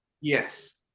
yes